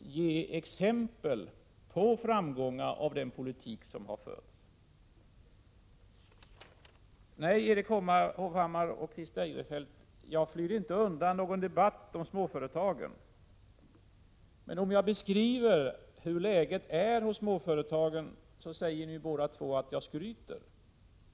ge exempel på framgångar med den politik som har — Prot. 1987/88:61 förts. 3 februari 1988 Nej, Erik Hovhammar och Christer Eirefeldt, jag flyr inte undan någon debatt om småföretagen. Men om jag beskriver hur läget är hos småföretagen säger ni båda två att jag skryter.